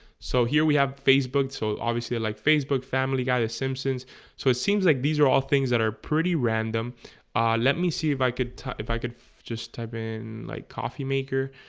so here we have facebook so obviously like facebook family got a simpsons so it seems like these are all things that are pretty random let me see if i could if i could just type in like coffee maker